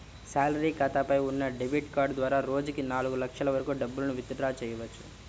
salary ఖాతాపై ఉన్న debit card ద్వారా రోజుకి నాలుగు లక్షల వరకు డబ్బులను విత్ డ్రా చెయ్యవచ్చు